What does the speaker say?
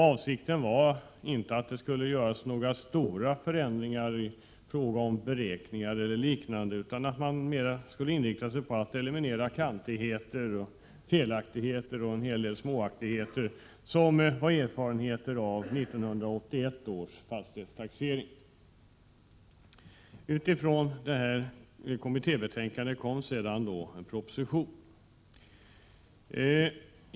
Avsikten var inte att några stora förändringar skulle göras i fråga om beräkningar eller liknande, utan att man mycket mera skulle inrikta sig på att eliminera kantigheter, felaktigheter och en hel del småaktigheter som var erfarenheter av 1981 års fastighetstaxering. Utifrån kommittébetänkandet kom en proposition.